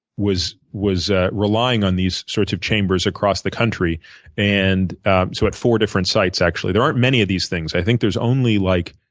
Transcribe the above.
was was relying on these sorts of chambers across the country and so at four different sites actually. there aren't many of these things. i think there's only like